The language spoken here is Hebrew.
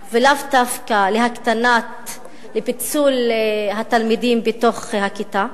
ולאו דווקא לפיצול התלמידים בתוך הכיתה?